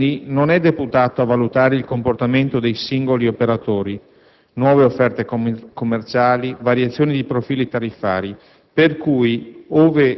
Il Ministero, quindi, non è deputato a valutare il comportamento dei singoli operatori - nuove offerte commerciali, variazioni di profili tariffari